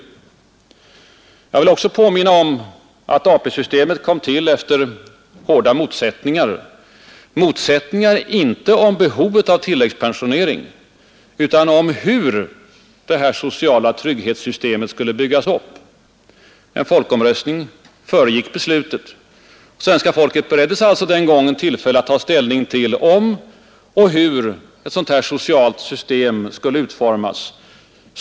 Dessutom vill jag påminna om att AP-systemet kom till efter hårda motsättningar — inte om behovet av tilläggspensionering utan om hur detta sociala trygghetssystem skulle byggas upp. En folkomröstning föregick beslutet. Svenska folket bereddes alltså den gången tillfälle att ta ställning till om och hur ett sådant här socialt system skulle utformas.